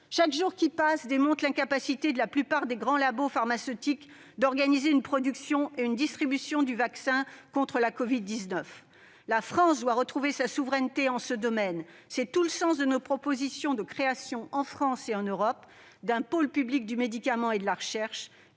Chaque jour qui passe démontre l'incapacité de la plupart des grands labos pharmaceutiques à organiser une production et une distribution du vaccin contre la covid-19. La France doit retrouver sa souveraineté en ce domaine. C'est tout le sens de notre proposition de création, en France et en Europe, d'un pôle public du médicament et de la recherche,